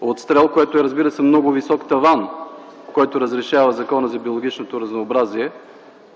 отстрел, което разбира се е много висок таван, който разрешава Закона за биологичното разнообразие,